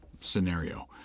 scenario